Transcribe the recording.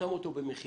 שמו אותו במכינה.